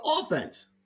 offense